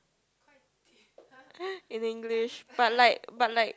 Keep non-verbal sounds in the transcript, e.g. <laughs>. <laughs> in English but like but like